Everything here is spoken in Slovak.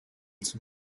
som